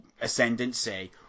Ascendancy